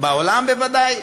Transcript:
בעולם בוודאי,